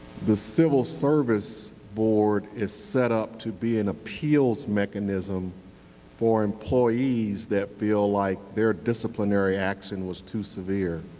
the civil service board is set up to be an appeals mechanism for employees that feel like their disciplinary action was too severe.